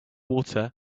water